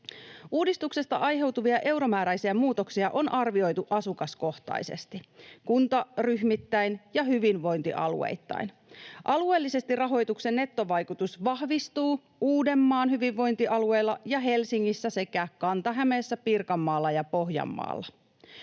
Uudistuksesta aiheutuvia euromääräisiä muutoksia on arvioitu asukaskohtaisesti, kuntaryhmittäin ja hyvinvointialueittain. Alueellisesti rahoituksen nettovaikutus vahvistuu Uudenmaan hyvinvointialueella ja Helsingissä sekä Kanta-Hämeessä, Pirkanmaalla ja Pohjanmaalla.